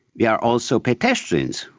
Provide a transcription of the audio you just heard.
we are also pedestrians.